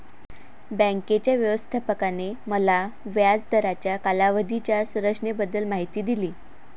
बँकेच्या व्यवस्थापकाने मला व्याज दराच्या कालावधीच्या संरचनेबद्दल माहिती दिली